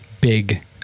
big